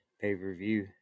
pay-per-view